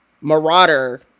Marauder